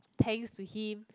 thanks to him